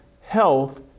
health